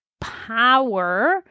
power